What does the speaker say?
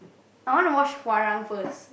I want to watch Hwarang first